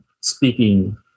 speaking